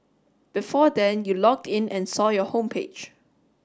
before then you logged in and saw your homepage